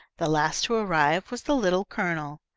the last to arrive was the little colonel.